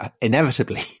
inevitably